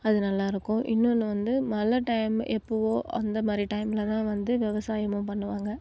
அது நல்லாயிருக்கும் இன்னொன்று வந்து மழை டைம் எப்போதோ அந்த மாதிரி டைமில் தான் வந்து விவசாயமும் பண்ணுவாங்க